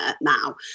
now